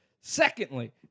Secondly